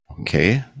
Okay